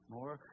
More